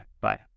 Bye